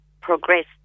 progressed